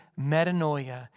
metanoia